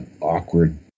awkward